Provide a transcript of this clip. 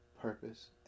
purpose